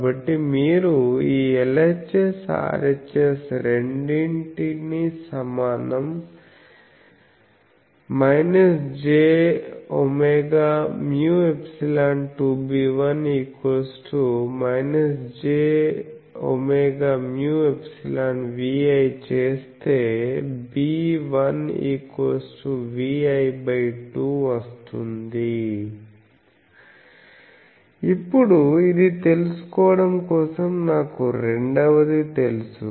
కాబట్టి మీరు ఈ LHS RHS రెండింటిని సమానం jwμ∊2B1 jwμ∊Vi చేస్తే B1Vi2 వస్తుంది ఇప్పుడు ఇది తెలుసుకోవడం కోసం నాకు రెండవది తెలుసు